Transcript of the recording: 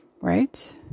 Right